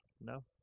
No